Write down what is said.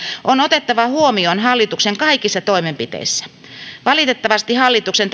on otettava huomioon hallituksen kaikissa toimenpiteissä valitettavasti hallituksen